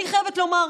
אני חייבת לומר,